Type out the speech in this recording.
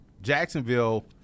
Jacksonville